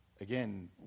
again